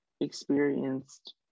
experienced